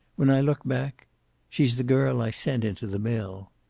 when i look back she's the girl i sent into the mill.